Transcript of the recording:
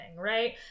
right